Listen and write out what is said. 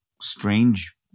strange